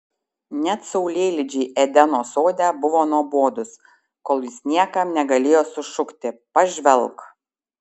net saulėlydžiai edeno sode buvo nuobodūs kol jis niekam negalėjo sušukti pažvelk